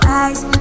eyes